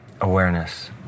awareness